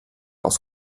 aus